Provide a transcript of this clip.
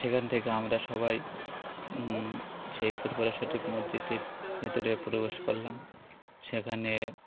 সেখান থেকে আমরা সবাই সেই ফুরফুরা শরিফ মসজিদের ভিতরে প্রবেশ করলাম সেখানে